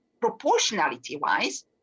proportionality-wise